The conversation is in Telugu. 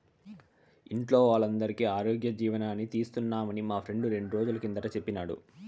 ఇంట్లో వోల్లందరికీ ఆరోగ్యజీవని తీస్తున్నామని మా ఫ్రెండు రెండ్రోజుల కిందట సెప్పినాడు